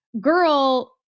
girl